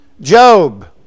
Job